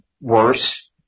worse